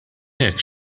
hekk